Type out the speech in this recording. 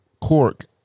cork